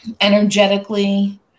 energetically